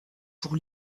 pour